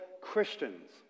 Christians